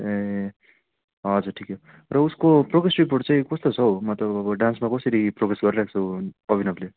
ए हजुर ठिकै हो र उसको प्रोग्रेस रिपोर्ट चाहिँ कस्तो छ हौ मतलब अब डान्समा कसरी प्रोग्रेस गरिरहेको छ अभिनवले